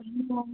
हूं हा